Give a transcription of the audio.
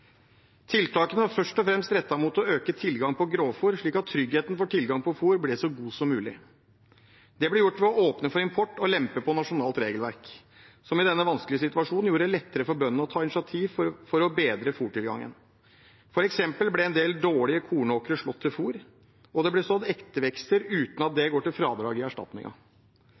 Tiltakene var først og fremst rettet mot å øke tilgangen på grovfôr, slik at tryggheten for tilgang på fôr ble så god som mulig. Det ble gjort ved å åpne for import og lempe på nasjonalt regelverk, noe som i denne vanskelige situasjonen gjorde det lettere for bøndene å ta initiativ for å bedre fôrtilgangen. For eksempel ble en del dårlige kornåkre slått til fôr, og det ble sådd ettervekster uten at det går til fradrag i